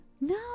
No